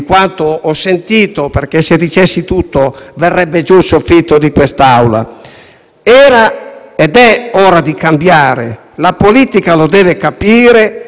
ed è ora di cambiare; la politica lo deve capire e deve decidere a tutela dei cittadini più deboli, che pagano di più